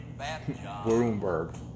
Bloomberg